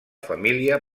família